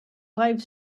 live